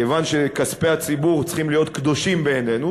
כיוון שכספי הציבור צריכים להיות קדושים בעינינו,